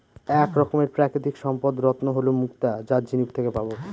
এক রকমের প্রাকৃতিক সম্পদ রত্ন হল মুক্তা যা ঝিনুক থেকে পাবো